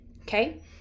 okay